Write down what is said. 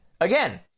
Again